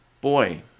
boy